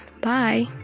bye